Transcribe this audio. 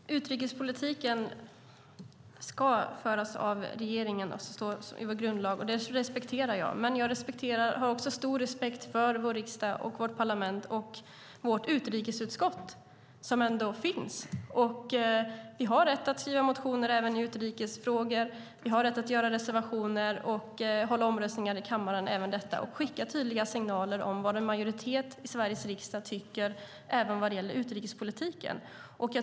Herr talman! Utrikespolitiken ska föras av regeringen, står det i vår grundlag. Det respekterar jag. Men jag har också stor respekt för vår riksdag, vårt parlament, och vårt utrikesutskott, som ändå finns. Vi har rätt att skriva motioner även i utrikesfrågor. Vi har rätt att lämna reservationer och hålla omröstningar i kammaren även om detta och att skicka tydliga signaler om vad en majoritet i Sveriges riksdag tycker även vad gäller utrikespolitiken.